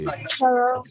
Hello